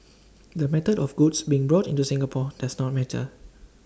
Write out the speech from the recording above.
the method of goods being brought into Singapore does not matter